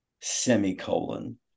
semicolon